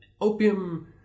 opium